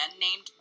named